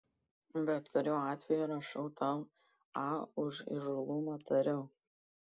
bet kuriuo atveju rašau tau a už įžūlumą tariau